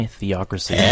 Theocracy